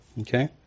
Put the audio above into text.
Okay